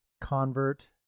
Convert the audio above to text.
convert